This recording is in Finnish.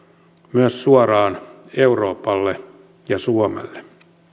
myös suoraan euroopalle ja suomelle